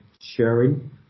sharing